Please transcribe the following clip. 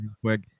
quick